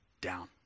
down